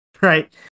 right